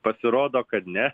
pasirodo kad ne